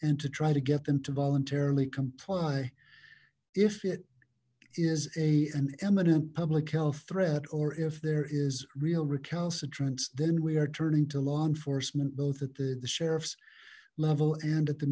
and to try to get them to voluntarily comply if it is a imminent public health threat or if there is real recalcitrants then we are turning to law enforcement both at the sheriff's level and at the